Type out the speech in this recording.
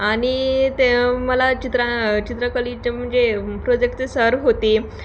आनि ते मला चित्र चित्रकलेचे म्हणजे प्रोजेक्टचे सर होते